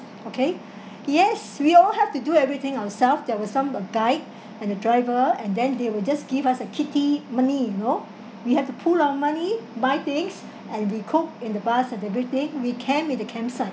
okay yes we all have to do everything ourself there were some uh guide and the driver and then they will just give us a kitty money you know we have to pool our money buy things and we cook in the bus and everything we camp in the campsite